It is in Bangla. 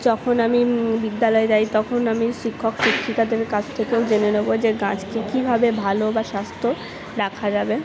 যখন আমি বিদ্যালয় যাই তখন আমি শিক্ষক শিক্ষিকাদের কাছ থেকেও জেনে নেবো যে গাছ কী কীভাবে ভালো বা স্বাস্ত্য রাখা যাবে